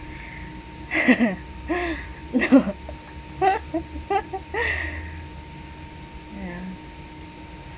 no ya